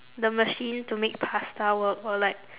the machine to make pasta work or like